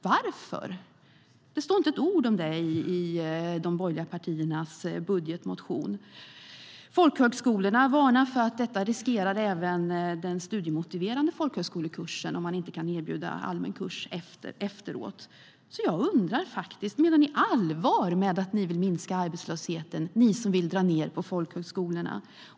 Varför? Det står inte ett ord om det i de borgerliga partiernas budgetmotion. Folkhögskolorna varnar för att även den studiemotiverande folkhögskolekursen riskeras om man inte kan erbjuda den allmänna kursen efteråt. Jag undrar: Menar ni allvar med att ni vill minska arbetslösheten, ni som vill dra ned på folkhögskolorna?